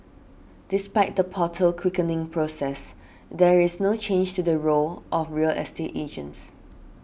despite the portal quickening process there is no change to the role of real estate agents